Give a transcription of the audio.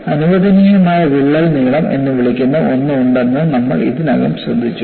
അനുവദനീയമായ വിള്ളൽ നീളം എന്ന് വിളിക്കുന്ന ഒന്ന് ഉണ്ടെന്ന് നമ്മൾ ഇതിനകം ശ്രദ്ധിച്ചു